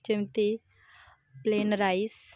ଯେମିତି plain rice